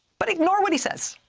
but ignore what he says.